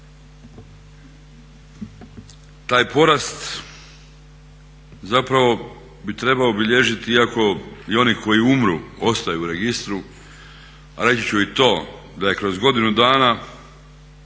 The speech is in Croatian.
Taj porast zapravo bi trebao bilježiti, iako i oni koji umru ostaju u registru, a reći ću i to da je kroz godinu dana